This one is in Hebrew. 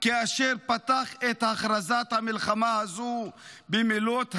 כאשר פתח את הכרזת המלחמה הזו במילות השיר,